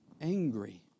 angry